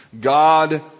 God